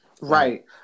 Right